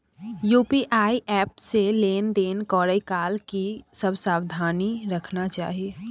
UPI app से लेन देन करै काल की सब सावधानी राखना चाही?